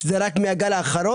או זה רק מהגל האחרון?